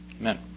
Amen